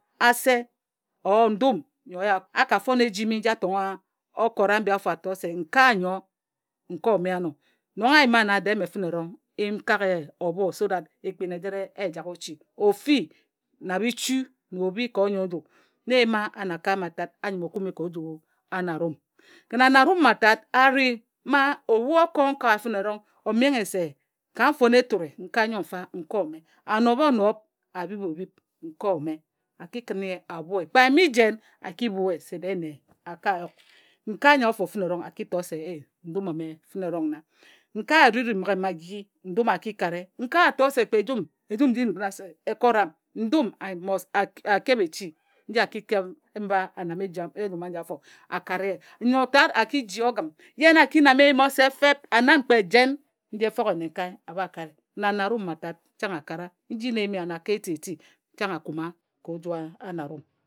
Ase or ndum nyo a ka fon ejimi nji a tongha okot ambi ofo a to se nkae nnyo nkae ome ano nong a yima nna dee mme fǝne erong n kak ye obho so dat ekpin ejore e jak ochi. Ofi na bichu na obhi ka onyoe nju na eyima anae akae mma tat a nyǝm o kume ka ouju anearum. Kǝn anearum mma a ri mma obhu o ko nkae fǝne erong omenghe se ka mfone eture. Nkae nnyo mfa nkae ome a nobhe onob a bhib o bhib nkae ome a ki kǝn ye a bhue. Kpe a yimi jen a ki bhue ye se dee nne a ka yuk. Nkae anyo fǝne erong a ki to se ndum ome nna. Nkae a ruri mmǝghe magi a ki kare, nkae a to se kpe ejum nji na se e kora m Ndum a must a keb echi nji a ki keb mba a nam epiri ejum aji afo a kare ye. Nne nyo tat a ki ji ogǝm ye na a ki nam eyim osep feep a nan kpe jen nji efoghe nnenkae a bha kare. Kǝn anarum mma tat chang a kara nji na e yim a anakae ma tat chang a kuma ka oju anarum.